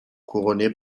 couronnés